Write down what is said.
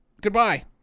Goodbye